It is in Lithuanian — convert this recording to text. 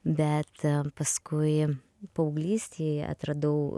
bet paskui paauglystėj atradau